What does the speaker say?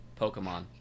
Pokemon